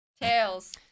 Tails